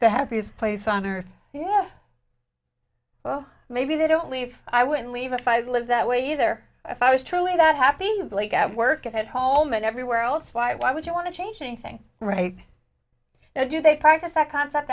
the happiest place on earth yeah well maybe they don't leave i wouldn't leave if i live that way either if i was truly that happy and like at work at home and everywhere else why would you want to change anything right now do they practice that concept